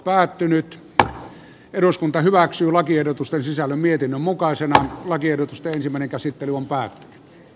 päättynyt eduskunta hyväksyy lakiehdotusten sisällön mietinnön mukaisena lakiehdotusta ensimmäinen käsittely on a